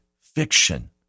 fiction